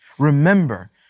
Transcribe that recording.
Remember